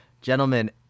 Gentlemen